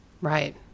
Right